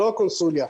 לא הקונסוליה.